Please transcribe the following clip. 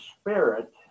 spirit